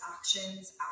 actions